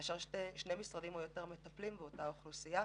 כאשר שני משרדים או יותר מטפלים באותה אוכלוסייה,